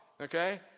Okay